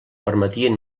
permetien